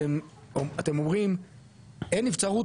אתם אומרים אין נבצרות,